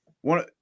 one